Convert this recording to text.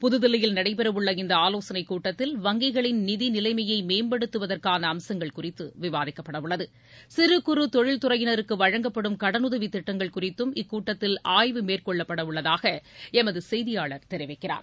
புதுதில்லியில் நடைபெறவுள்ள இந்த ஆலோசனைக் கூட்டத்தில் வங்கிகளின் நிதி நிலைமைய மேம்படுத்துவதற்கான அம்சங்கள் குறித்து விவாதிக்கப்படவுள்ளது சிறு குறு தொழில்துறையினருக்கு வழங்கப்படும் கடனுதவி திட்டங்கள் குறித்தும் இக்கூட்டத்தில் ஆய்வு மேற்கொள்ளப்படவுள்ளதாக எமது செய்தியாளர் தெரிவிக்கிறார்